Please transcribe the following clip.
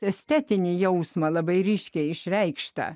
estetinį jausmą labai ryškiai išreikštą